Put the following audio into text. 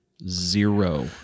Zero